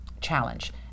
challenge